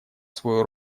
свою